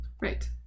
right